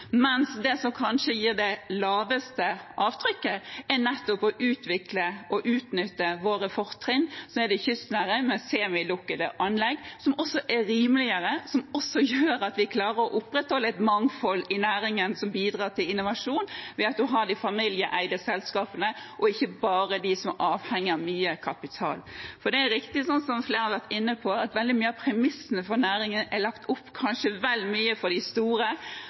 utnytte våre fortrinn, som er det kystnære, med semilukkede anlegg, som også er rimeligere, og som også gjør at vi klarer å opprettholde et mangfold i næringen, som bidrar til innovasjon ved at man har de familieeide selskapene og ikke bare de som er avhengig av mye kapital. Det er riktig, som flere har vært inne på, at veldig mye av premissene for næringen kanskje er lagt opp vel mye for de store